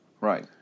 Right